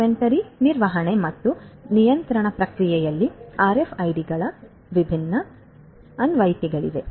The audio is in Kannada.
ಇನ್ವೆಂಟರಿ ನಿರ್ವಹಣೆ ಮತ್ತು ನಿಯಂತ್ರಣ ಪ್ರಕ್ರಿಯೆಯಲ್ಲಿ ಆರ್ಎಫ್ಐಡಿಗಳ ವಿಭಿನ್ನ ಅನ್ವಯಿಕೆಗಳಿವೆ